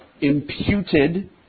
imputed